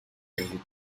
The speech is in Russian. грозит